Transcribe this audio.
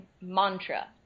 mantra